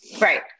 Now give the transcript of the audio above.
Right